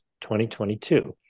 2022